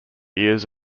ears